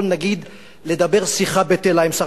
מה יקרה אם ראש הממשלה,